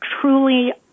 truly